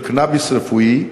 של קנאביס רפואי,